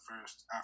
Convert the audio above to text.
first